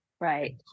Right